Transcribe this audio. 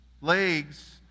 legs